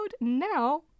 now